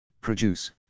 produce